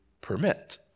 permit